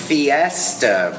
Fiesta